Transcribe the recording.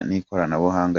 n’ikoranabuhanga